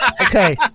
okay